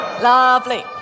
Lovely